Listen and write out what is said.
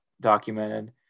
documented